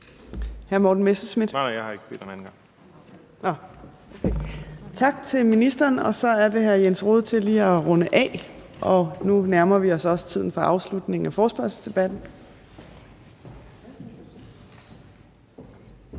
Tak til ministeren. Så er det hr. Jens Rohde til lige at runde af, for nu nærmer vi os tiden for afslutningen af forespørgselsdebatten.